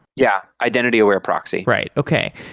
yeah, identity-aware proxy. right. okay.